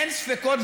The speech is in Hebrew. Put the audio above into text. אין ספקות,